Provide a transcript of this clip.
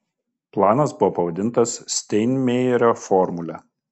planas buvo pavadintas steinmeierio formule